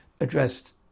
addressed